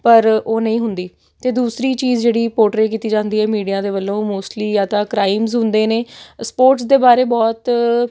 ਪਰ ਉਹ ਨਹੀਂ ਹੁੰਦੀ ਅਤੇ ਦੂਸਰੀ ਚੀਜ਼ ਜਿਹੜੀ ਪੋਰਟਰੇਅ ਕੀਤੀ ਜਾਂਦੀ ਹੈ ਮੀਡੀਆ ਦੇ ਵੱਲੋਂ ਉਹ ਮੋਸਟਲੀ ਜਾਂ ਤਾਂ ਕਰਾਈਮਸ ਹੁੰਦੇ ਨੇ ਸਪੋਰਟਸ ਦੇ ਬਾਰੇ ਬਹੁਤ